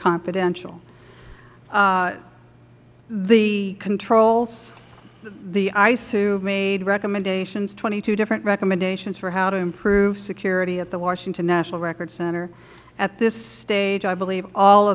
confidential the controls the isoo made recommendations twenty two different recommendations for how to improve security at the washington national records center at this stage i believe all